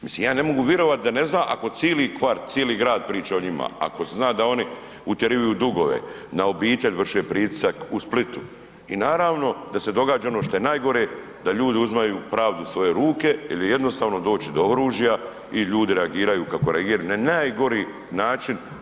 Mislim ja ne mogu vjerovat da ne zna ali cijeli kvart, cijeli grad priča o njima, ako zna da oni utjeruju dugove, na obitelj vrše pritisak u Splitu i naravno da se događa ono što je najgore da ljudi uzimaju pravdu u svoje ruke jel je jednostavno doći do oružja i ljudi reagiraju kako reagiraju na najgori način.